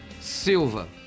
Silva